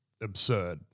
absurd